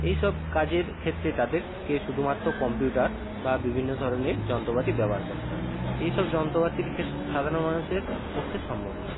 এই সব কাজের ক্ষেত্রে তাদেরকে শুধুমাত্র কম্পিউটার বা বিভিন্ন ধরণের যন্ত্রপাতি ব্যবহার করতে হয় এই সব যন্ত্রপাতির ক্ষেত সাধারণ মানুষের পক্ষে সম্ভব নয়